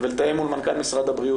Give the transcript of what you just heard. ולתאם מול מנכ"ל משרד הבריאות,